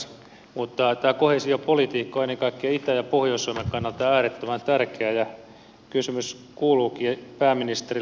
mutta tämä koheesiopolitiikka on ennen kaikkea itä ja pohjois suomen kannalta äärettömän tärkeää ja kysymys kuuluukin pääministerille